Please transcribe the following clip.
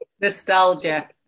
Nostalgia